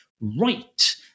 right